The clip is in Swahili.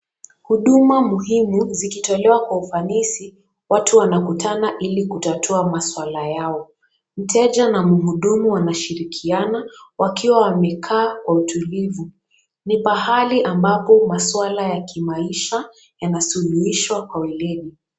Huduma muhimu zikitolewa kwa ufanisi, watu wanakutana ili kutatua maswala yao. Mteja na mhudumu wanashirikiana wakiwa wamekaa kwa utulivu. Ni pahali ambapo maswala ya kimaisha yanasuluhishwa kwa uelewi.